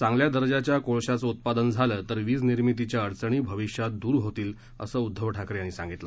चांगल्या दर्जाच्या कोळशाचं उत्पादन झालं तर वीज निर्मितीच्या अडचणी भविष्यात दूर होतील असं ठाकरे यांनी सांगितलं